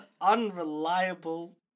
unreliable